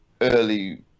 early